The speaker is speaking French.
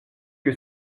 que